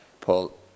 Paul